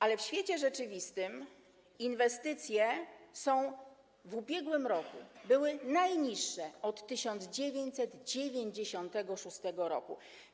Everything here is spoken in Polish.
Ale w świecie rzeczywistym inwestycje w ubiegłym roku były najniższe od 1996 r.